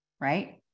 right